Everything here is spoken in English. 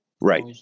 Right